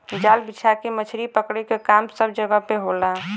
जाल बिछा के मछरी पकड़े क काम सब जगह पर होला